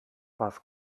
was